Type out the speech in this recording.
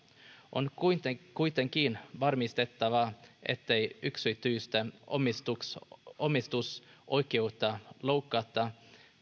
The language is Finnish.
on kuitenkin kuitenkin varmistettava ettei yksityistä omistusoikeutta omistusoikeutta loukata